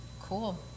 cool